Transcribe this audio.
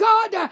God